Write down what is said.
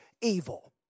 evil